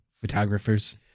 photographers